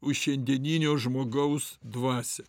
už šiandieninio žmogaus dvasią